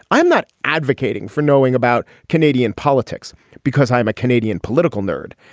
i'm not advocating for knowing about canadian politics because i'm a canadian political nerd.